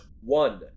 one